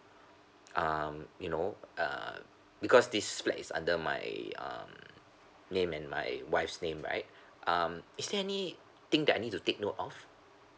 um you know uh because this flat is under my um name and my wife's name right um is there any thing that I need to take note of